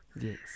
Yes